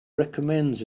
recommends